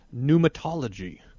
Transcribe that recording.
pneumatology